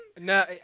No